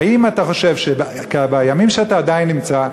האם אתה חושב שבימים שאתה עדיין נמצא,